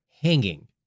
hanging